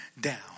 down